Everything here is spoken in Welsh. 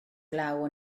glaw